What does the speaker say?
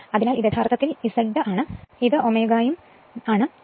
അതിനാൽ ഇത് യഥാർത്ഥത്തിൽ Z Ω ആണ് ഇത് Ω ഉം ആണ്